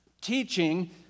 teaching